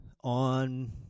on